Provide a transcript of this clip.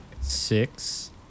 six